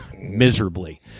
miserably